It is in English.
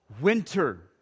winter